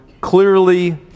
clearly